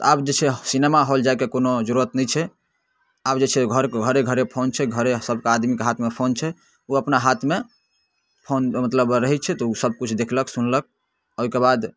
तऽ आब जे छै सिनेमाहॉल जाइके कोनो जरूरत नहि छै आब जे छै घर घरे घरे फोन छै घरे सब आदमीके हाथमे फोन छै ओ अपना हाथमे फोन मतलब रहै छै तऽ ओ सबकिछु देखलक सुनलक ओहिकेबाद